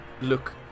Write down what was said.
look